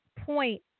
point